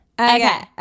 okay